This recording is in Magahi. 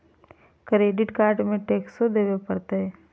क्रेडिट कार्ड में टेक्सो देवे परते?